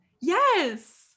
Yes